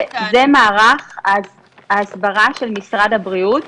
זה מערך ההסברה של משרד הבריאות.